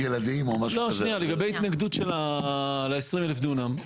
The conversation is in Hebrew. שנייה, לגבי התנגדות ל-20 אלף דונם.